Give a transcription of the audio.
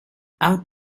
out